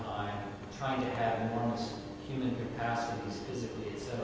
trying to have enormous human capacities physically, et